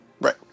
Right